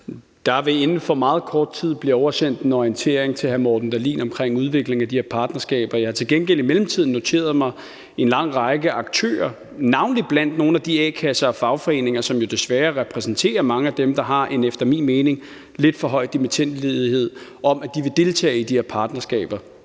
Der vil inden for meget kort tid blive oversendt en orientering til hr. Morten Dahlin om udviklingen af de her partnerskaber. Jeg har til gengæld i mellemtiden noteret mig, at en lang række aktører, navnlig blandt nogle af de a-kasser og fagforeninger, som jo repræsenterer mange af dem, der desværre har en efter min mening lidt for høj dimittendledighed, vil deltage i de her partnerskaber.